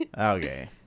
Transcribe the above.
okay